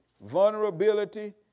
vulnerability